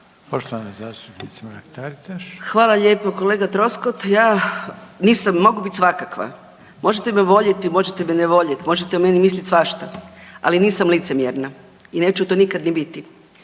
**Mrak-Taritaš, Anka (GLAS)** Hvala lijepa kolega Troskot. Ja nisam, mogu biti svakakva, možete me voljeti, možete ne voljeti, možete o meni misliti svašta, ali nisam licemjerna i neću to nikad ni biti.